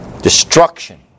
Destruction